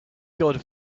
gotta